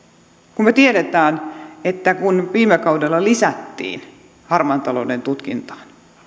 kun me tiedämme että kun viime kaudella lisättiin voimavaroja harmaan talouden tutkintaan